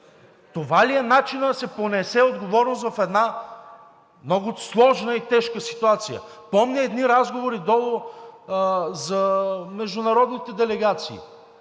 Това ли е начинът да се понесе отговорност в една много сложна и тежка ситуация. Помня едни разговори долу за международните делегации